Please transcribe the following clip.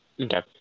Okay